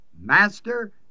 master